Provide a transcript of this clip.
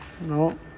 No